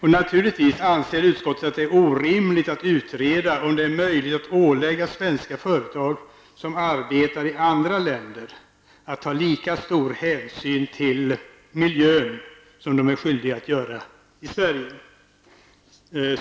Och naturligtvis anser utskottet det orimligt att utreda om det är möjligt att ålägga svenska företag som arbetar i andra länder att ta lika stor hänsyn till miljön som de är skyldiga att göra i Sverige.